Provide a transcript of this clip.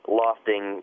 lofting